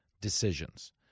decisions